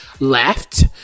left